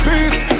Peace